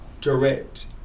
direct